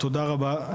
תודה רבה.